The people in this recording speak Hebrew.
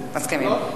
מסכימים.